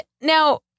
now